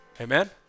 Amen